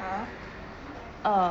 (uh huh)